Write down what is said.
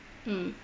mm